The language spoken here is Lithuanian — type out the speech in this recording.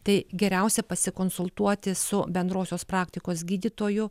tai geriausia pasikonsultuoti su bendrosios praktikos gydytoju